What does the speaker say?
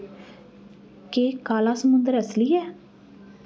केह् काला समुंदर असली ऐ